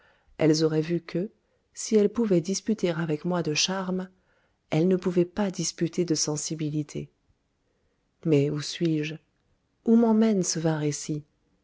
elles auroient vu que si elles pouvoient disputer avec moi de charmes elles ne pouvoient pas disputer de sensibilité mais où suis-je où m'emmène ce vain récit